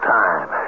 time